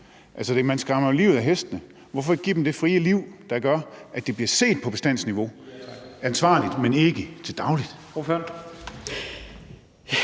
man skræmmer jo livet af hestene. Hvorfor ikke give dem det frie liv, hvor de bliver set på bestandsniveau, dvs. ansvarligt, men ikke dagligt?